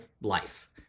life